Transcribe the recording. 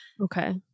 Okay